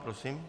Prosím.